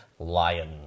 Lion